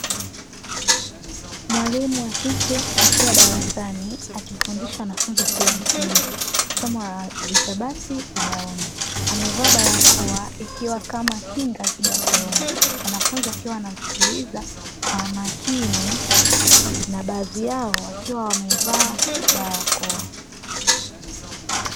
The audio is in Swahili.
Mwalimu wa kike akiwa darasani, akifundisha wanafunzi wa shule ya msingi somo la hisabati ubaoni. Amevaa barakoa ikiwa kama kinga dhidi ya korona, wanafunzi wakiwa wanamsikiliza kwa makini na baadhi yao wakiwa wamevaa barakoa.